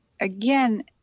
again